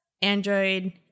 Android